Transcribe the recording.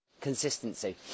consistency